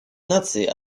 наций